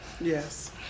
Yes